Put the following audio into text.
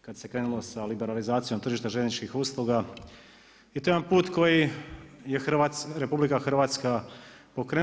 kad se krenulo sa liberalizacijom tržišta željezničkih usluga i to je jedan put koji je RH pokrenula.